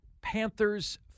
Panthers